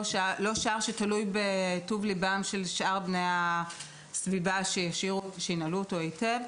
לא שער שתלוי בטוב ליבם של שאר בני הסביבה שינעלו אותו היטב,